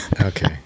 okay